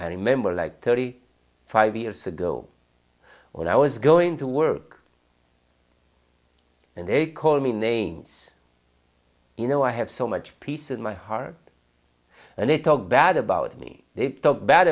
remember like thirty five years ago when i was going to work and they call me names you know i have so much peace in my heart and they talk bad about me